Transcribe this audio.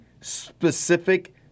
specific